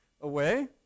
away